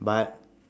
but